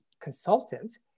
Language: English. consultants